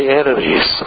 enemies